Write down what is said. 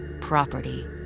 Property